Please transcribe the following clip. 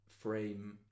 frame